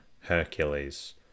Hercules